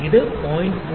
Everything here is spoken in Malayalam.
ഇത് 0